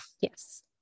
yes